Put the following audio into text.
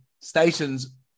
stations